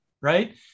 right